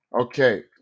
Okay